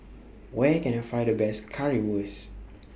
Where Can I Find The Best Currywurst